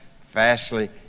fastly